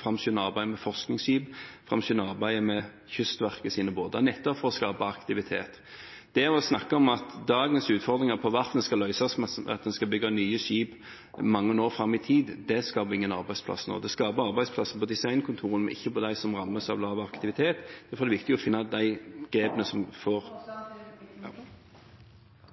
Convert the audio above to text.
framskynde arbeidet med forskningsskip, framskynde arbeidet med Kystverkets båter, nettopp for å skape aktivitet. Det å snakke om at dagens utfordringer på verftene skal løses ved at en skal bygge nye skip i mange år fram i tid, skaper ingen arbeidsplasser nå. Det skapes arbeidsplasser på designkontorene, men ikke for dem som rammes av lav aktivitet. Det er viktig å ta de grepene som får